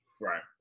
right